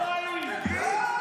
קריאה ראשונה.